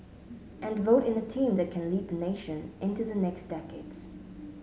and vote in a team that can lead nation into the next decades